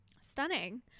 Stunning